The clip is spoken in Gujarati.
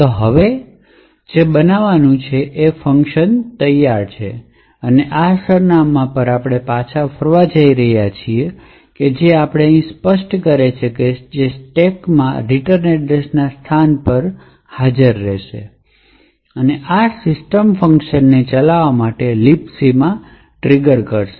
તેથી હવે જે બનવાનું છે તે જ્યારે ફંકશન ખરેખર પાછું આવે છે ત્યારે તે આ સરનામાં પર પાછા ફરવા જઇ રહ્યું છે જે આપણે અહીં સ્પષ્ટ કરેલ છે અને જે સ્ટેકમાં રીટર્ન એડ્રેસ સ્થાન પર હાજર રહેશે અને આ સિસ્ટમ ફંક્શનને ચલાવવા માટે Libc માં ટ્રિગર કરશે